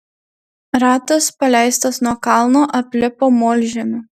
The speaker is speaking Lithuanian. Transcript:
ratas paleistas nuo kalno aplipo molžemiu